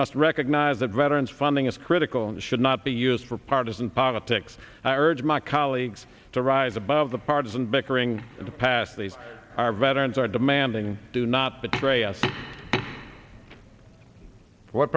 must recognize that veterans funding is critical and should not be used for partisan politics i urge my colleagues to rise above the partisan bickering in the past these are veterans are demanding to not betray us what